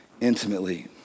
intimately